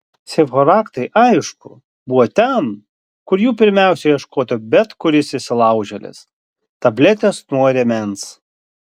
seifo raktai aišku buvo ten kur jų pirmiausia ieškotų bet kuris įsilaužėlis tabletės nuo rėmens